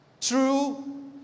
True